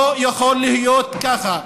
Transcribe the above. לא יכול להיות כך.